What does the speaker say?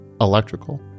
electrical